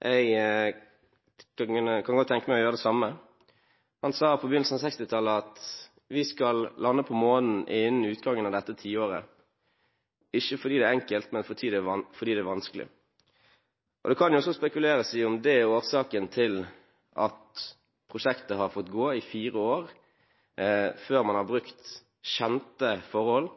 Jeg kan godt tenke meg å gjøre det samme. Han sa på begynnelsen av 1960-tallet at vi skal lande på månen innen utgangen av dette tiåret – ikke fordi det er enkelt, men fordi det er vanskelig. Det kan også spekuleres i om det er årsaken til at prosjektet har fått gå i fire år før man har brukt kjente forhold